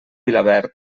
vilaverd